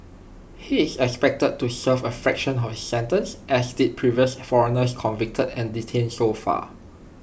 he is expected to serve A fraction of his sentence as did previous foreigners convicted and detained so far